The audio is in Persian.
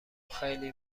خیلی